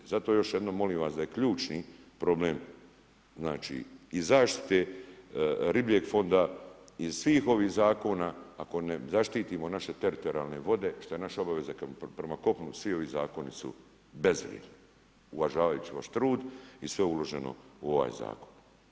Zato još jednom molim vas da je ključni problem znači i zaštite ribljeg fonda i svih ovih zakona ako ne zaštitimo naše teritorijalne vode što je naša obaveza prema kopnu, svi ovi zakoni su bezvrijedni, uvažavajući vaš trud i sve uloženo u ovaj zakon.